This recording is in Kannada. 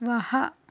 ವಾಹ್